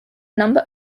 number